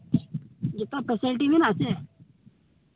ᱡᱚᱛᱚ ᱯᱷᱮᱥᱮᱞᱤᱴᱤ ᱢᱮᱱᱟᱜᱼᱟ ᱥᱮ